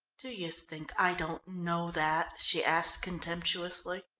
do you think i don't know that? she asked contemptuously.